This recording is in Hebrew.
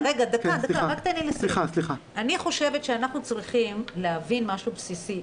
אני חושבת שאנחנו צריכים להבין משהו בסיסי.